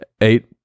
eight